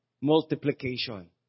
Multiplication